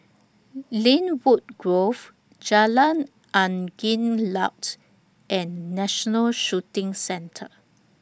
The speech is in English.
Lynwood Grove Jalan Angin Laut and National Shooting Centre